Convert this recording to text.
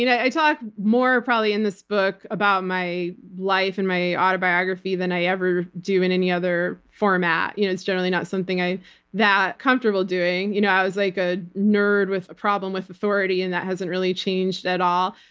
you know i talk more, probably, in this book about my life and my autobiography than i ever do in any other format. you know it's generally not something i'm that comfortable doing. you know i was like a nerd with a problem with authority and that hasn't really changed at all.